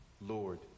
Lord